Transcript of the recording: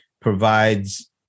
provides